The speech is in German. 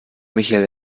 michael